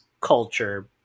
culture